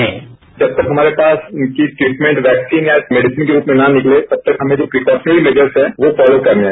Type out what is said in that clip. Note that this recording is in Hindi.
बाइट जब तक हमारे पास इनकी ट्रीटमेंट वैक्सीन या मेडिसन के रूप में ना निकले तब तक हमें जो प्रिकॉशनरी मैजर्स हैं वो फॉलो करने हैं